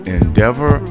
endeavor